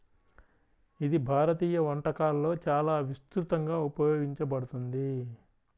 ఇది భారతీయ వంటకాలలో చాలా విస్తృతంగా ఉపయోగించబడుతుంది